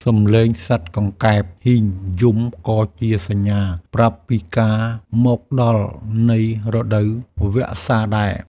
សំឡេងសត្វកង្កែបហ៊ីងយំក៏ជាសញ្ញាប្រាប់ពីការមកដល់នៃរដូវវស្សាដែរ។